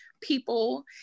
people